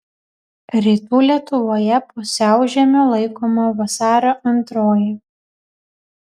rytų lietuvoje pusiaužiemiu laikoma vasario antroji